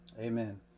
Amen